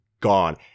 gone